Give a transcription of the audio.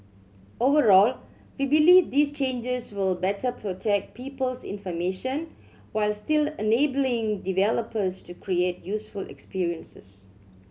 overall we believe these changes will better protect people's information while still enabling developers to create useful experiences